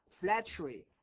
flattery